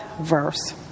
verse